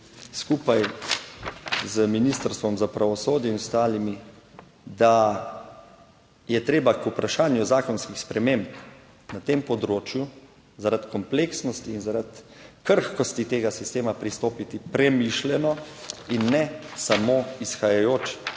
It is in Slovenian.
skupaj z Ministrstvom za pravosodje in ostalimi, da je treba k vprašanju zakonskih sprememb na tem področju zaradi kompleksnosti in zaradi krhkosti tega sistema pristopiti premišljeno in ne samo izhajajoč